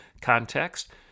Context